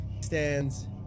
stands